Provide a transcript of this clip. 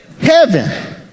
Heaven